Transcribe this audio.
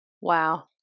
Wow